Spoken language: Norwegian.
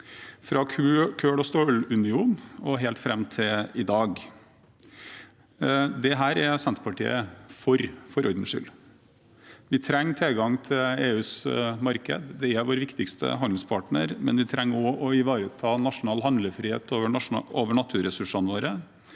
fra kull- og stålunionen og helt fram til i dag. For ordens skyld: Dette er Senterpartiet for. Vi trenger tilgang til EUs marked, det er vår viktigste handelspartner, men vi trenger også å ivareta nasjonal handlefrihet over naturressursene våre.